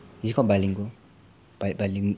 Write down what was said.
is it bilingual bi~ bilin~